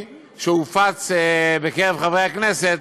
הצעתו של חבר הכנסת